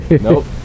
Nope